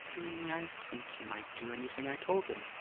i think he might do anything i told him.